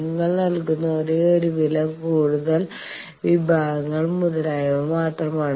നിങ്ങൾ നൽകുന്ന ഒരേയൊരു വില കൂടുതൽ വിഭാഗങ്ങൾ മുതലായവ മാത്രമാണ്